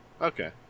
Okay